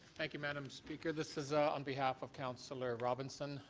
thank you, madam speaker. this is ah on behalf of councillor robinson.